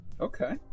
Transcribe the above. Okay